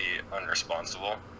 unresponsible